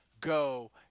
go